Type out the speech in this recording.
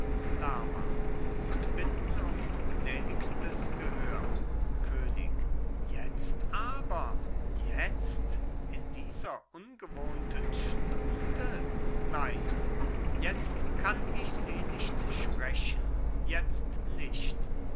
lerma und bitten um gnädigstes gehör könig jetzt aber jetzt in dieser ungewohnten stunde nein jetzt kann ich sie nicht sprechen jetzt nicht